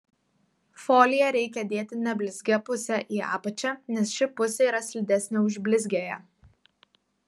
foliją reikia dėti neblizgia puse į apačią nes ši pusė yra slidesnė už blizgiąją